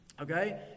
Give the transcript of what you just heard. Okay